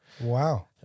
Wow